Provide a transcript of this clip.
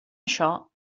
això